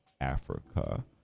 africa